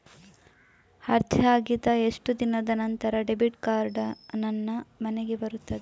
ಅರ್ಜಿ ಹಾಕಿದ ಎಷ್ಟು ದಿನದ ನಂತರ ಡೆಬಿಟ್ ಕಾರ್ಡ್ ನನ್ನ ಮನೆಗೆ ಬರುತ್ತದೆ?